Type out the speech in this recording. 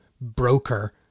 broker